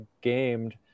gamed